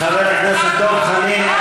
חבר הכנסת דב חנין,